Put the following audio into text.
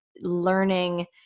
learning –